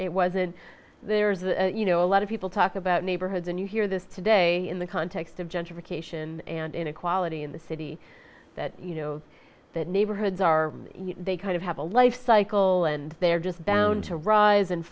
it wasn't there's a you know a lot of people talk about neighborhoods and you hear this today in the context of gentrification and inequality in the city that you know that neighborhoods are they kind of have a life cycle and they're just bound to rise and